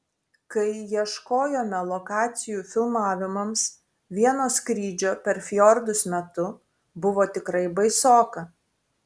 kai ieškojome lokacijų filmavimams vieno skrydžio per fjordus metu buvo tikrai baisoka